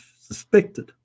suspected